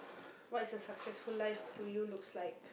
what is a successful life to you looks like